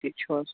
ٹھیٖک چھُو حظ